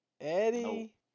Eddie